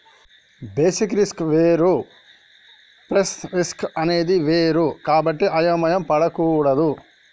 basis risk వేరు price risk అనేది వేరు కాబట్టి అయోమయం పడకూడదు